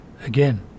again